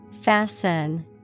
Fasten